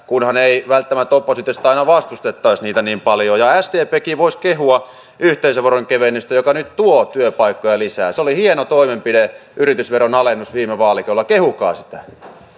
kunhan ei välttämättä oppositiosta aina vastustettaisi niitä niin paljon ja sdpkin voisi kehua yhteisöveron kevennystä joka nyt tuo työpaikkoja lisää se oli hieno toimenpide yritysveron alennus viime vaalikaudella kehukaa sitä